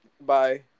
Bye